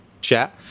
chat